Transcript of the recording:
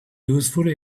useful